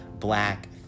Black